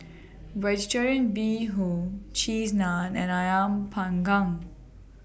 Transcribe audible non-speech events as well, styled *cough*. *noise* Vegetarian Bee Hoon Cheese Naan and Ayam Panggang